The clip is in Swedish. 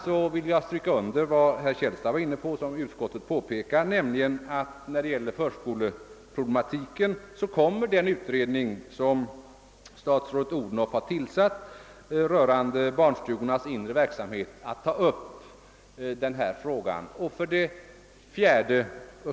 Jag vill stryka under vad herr Källstad var inne på och som också utskottet påpekat, nämligen att beträffande förskoleproblematiken kommer den utredning som statsrådet Odhnoff tillsatt rörande barnstugornas inre verksamhet att ta upp denna fråga.